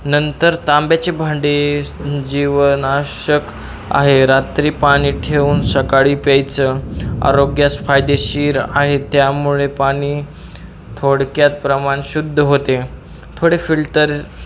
नंतर तांब्याचे भांडे जीवनाश्यक आहे रात्री पाणी ठेवून सकाळी प्यायचं आरोग्यास फायदेशीर आहे त्यामुळे पाणी थोडक्यात प्रमाण शुद्ध होते थोडे फिल्टर